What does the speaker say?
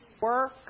work